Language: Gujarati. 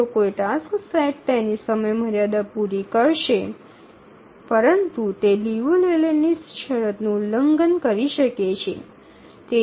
જો કોઈ ટાસક્સ સેટ તેની સમયમર્યાદા પૂરી કરશે પરંતુ તે લિયુ લેલેન્ડની શરતનું ઉલ્લંઘન કરી શકે છે